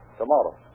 tomorrow